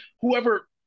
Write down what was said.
whoever